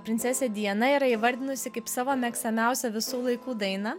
princesė diana yra įvardinusi kaip savo mėgstamiausią visų laikų dainą